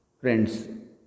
friends